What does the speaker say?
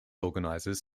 organizers